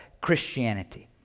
Christianity